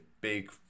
big